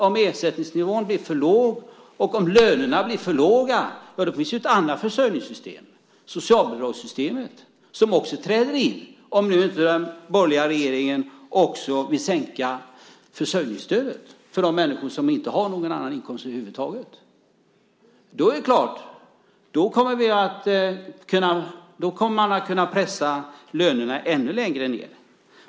Om ersättningsnivån blir för låg och om lönerna blir för låga finns det ett annat försörjningssystem, socialbidragssystemet, som träder in - om nu inte den borgerliga regeringen också vill sänka försörjningsstödet för de människor som inte har någon annan inkomst över huvud taget. Då är det klart att man kommer att kunna pressa lönerna ännu längre ned.